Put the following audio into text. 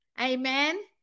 Amen